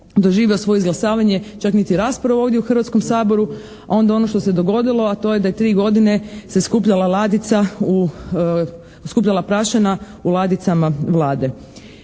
doživio svoje izglasavanje, čak niti raspravu ovdje u Hrvatskom saboru, a onda ono što se dogodilo a to je da je tri godine se skupljala ladica u,